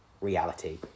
reality